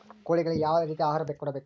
ಕೋಳಿಗಳಿಗೆ ಯಾವ ರೇತಿಯ ಆಹಾರ ಕೊಡಬೇಕು?